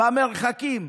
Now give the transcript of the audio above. במרחקים.